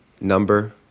number